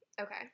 Okay